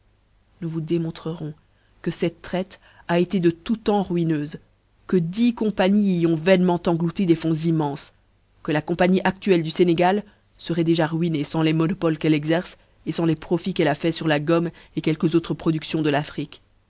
nous vous démontrerons que cette traite a été de tout temps ruineuse que dix compagnies y ont vainement englouti des fonds immenses que la compagnie aâuélle du sénégal feroit déjà ruinée fans les monopoles qu'elle exerce fans les profits qu'elle a faits fur la gomme quelques autres produaions de l'afrique